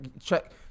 check